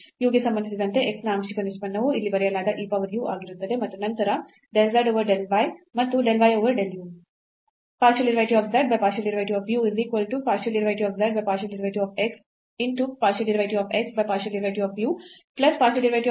u ಗೆ ಸಂಬಂಧಿಸಿದಂತೆ x ನ ಆಂಶಿಕ ನಿಷ್ಪನ್ನವು ಇಲ್ಲಿ ಬರೆಯಲಾದ e power u ಆಗಿರುತ್ತದೆ ಮತ್ತು ನಂತರ del z over del y ಮತ್ತು del y over del u